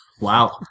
Wow